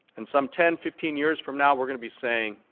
and some ten, fifteen years from now, we're going to be saying